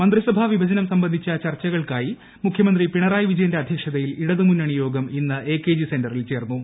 മന്ത്രിസഭാ വിഭജനം സംബന്ധിച്ച ചർച്ചകൾക്കായി മുഖ്യമന്ത്രി പിണറായി വിജയന്റെ അധ്യക്ഷതയിൽ ഇടതുമുന്നണി യോഗം ഇന്ന് എ കെ ജി സെന്ററിൽ ചേർന്നു